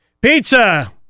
Pizza